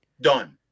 Done